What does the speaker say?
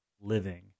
living